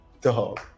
dog